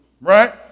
right